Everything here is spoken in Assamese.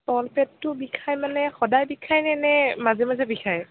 তল পেটটো বিষায় মানে সদায় বিষায় নে নে মাজে মাজে বিষায়